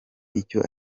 icyo